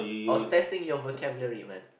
I was testing your vocabulary men